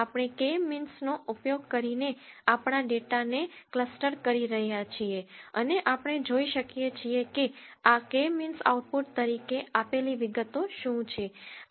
આપણે K means નો ઉપયોગ કરીને આપણા ડેટાને ક્લસ્ટર કરી રહ્યા છીએ અને આપણે જોઈ શકીએ છીએ કે આ કે મીન્સ આઉટપુટ તરીકે આપેલી વિગતો શું છે